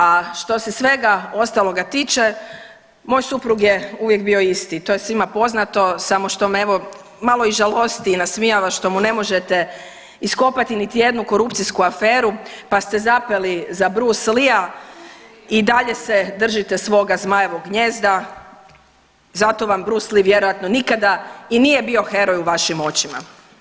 A što se svega ostaloga tiče, moj suprug je uvijek bio isti, to je svima poznato, samo što me evo, malo i žalosti i nasmijava što mu ne možete iskopati niti jednu korupcijsku aferu pa ste zapeli za Bruce Leeja, i dalje se držite svoga zmajevog gnijezda, zato vam Bruce Lee vjerojatno nikada i nije bio heroj u vašim očima.